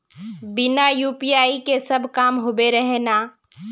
बिना यु.पी.आई के सब काम होबे रहे है ना?